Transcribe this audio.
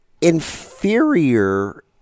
inferior